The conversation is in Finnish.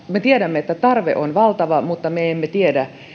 me tiedämme että tarve on valtava mutta me emme tiedä